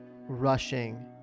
rushing